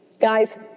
Guys